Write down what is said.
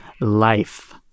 life